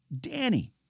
Danny